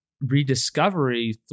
rediscovery